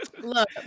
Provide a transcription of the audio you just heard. Look